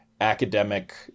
academic